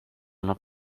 not